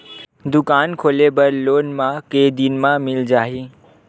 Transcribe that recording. दुकान खोले बर लोन मा के दिन मा मिल जाही?